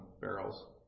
barrels